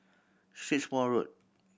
Strathmore Road